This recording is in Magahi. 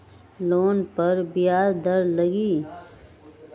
लोन पर ब्याज दर लगी?